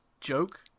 joke